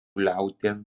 liaudies